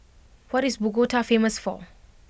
what is Bogota famous for